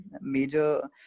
major